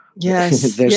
Yes